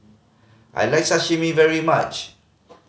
I like Sashimi very much